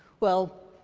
well,